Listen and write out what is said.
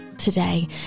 today